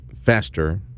faster